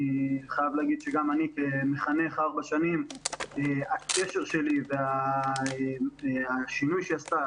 אני חייב להגיד שגם אני כמחנך ארבע שנים הקשר שלי והשינוי שהיא עשתה